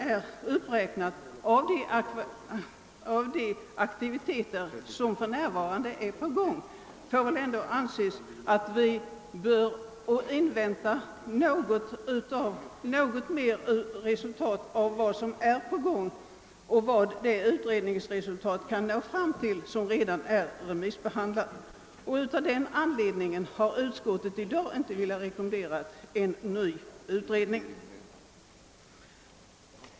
Ja, alla de aktiviteter som för närvarande är på gång och som räknats upp får väl anses motivera att vi inväntar resultaten, och vi bör naturligtvis även avvakta resul taten av de utredningsförslag som redan remissbehandlats. Det är därför som utskottet inte nu velat rekommendera en ny utredning.